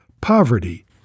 poverty